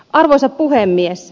arvoisa puhemies